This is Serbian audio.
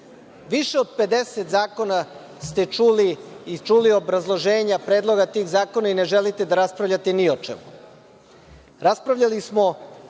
Više od 50 zakona ste čuli i čuli obrazloženja pregleda tih zakona i ne želite da raspravljate ni o čemu.